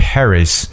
Paris